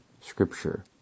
scripture